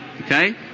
okay